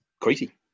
crazy